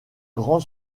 grand